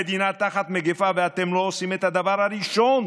המדינה תחת מגפה, ואתם לא עושים את הדבר הראשון